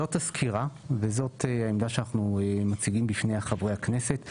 זאת הסקירה וזאת העמדה שאנחנו מציגים בפני חברי הכנסת.